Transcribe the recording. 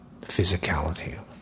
physicality